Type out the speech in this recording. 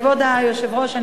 כבוד היושב-ראש,